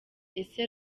ese